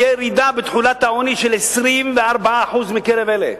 תהיה ירידה בתחולת העוני של 24% בקרב אלה.